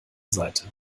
seite